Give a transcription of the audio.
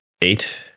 eight